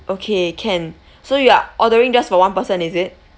okay can so you're ordering just for one person is it